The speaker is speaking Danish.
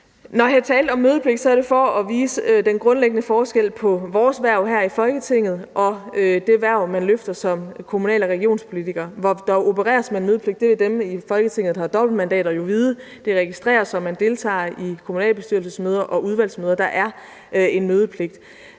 Når jeg talte om mødepligt, var det for at vise den grundlæggende forskel på vores hverv her i Folketinget og det hverv, man løfter som kommunal- og regionsrådspolitiker, hvor der opereres med mødepligt. Det må dem i Folketinget, der har dobbeltmandater, jo vide. Det registreres, om man deltager i kommunalbestyrelsesmøder og udvalgsmøder – der er en mødepligt.